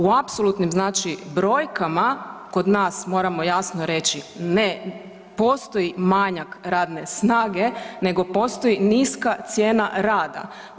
U apsolutnim brojkama kod nas moramo jasno reći, ne postoji manjak radne snage nego postoji niska cijena rada.